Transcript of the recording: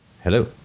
Hello